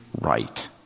right